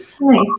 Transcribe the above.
Nice